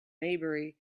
maybury